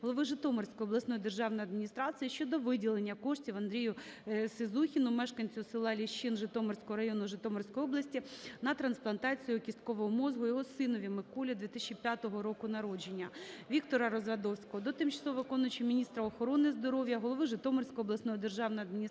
голови Житомирської обласної державної адміністрації щодо виділення коштів Андрію Сизухіну, мешканцю села Ліщин Житомирського району Житомирської області, на трансплантацію кісткового мозку його синові Миколі 2005 року народження. Віктора Развадовського до тимчасово виконуючої обов'язки міністра охорони здоров'я України, голови Житомирської обласної державної адміністрації